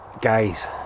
guys